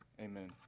Amen